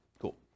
Cool